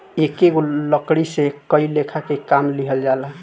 एकेगो लकड़ी से कई लेखा के काम लिहल जाला